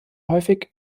häufig